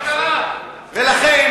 מה אתה צועק?